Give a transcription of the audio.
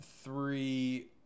three